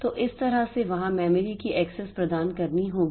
तो इस तरह से वहां मेमोरी की एक्सेस प्रदान करनी होगी